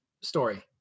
story